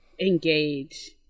engage